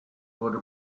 wurde